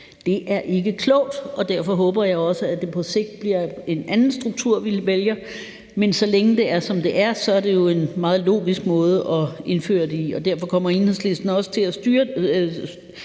Det er ikke klogt, og derfor håber jeg også, at det på sigt bliver en anden struktur, vi vælger, men så længe det er, som det er, er det jo en meget logisk måde at indføre det på. Derfor kommer Enhedslisten også til at støtte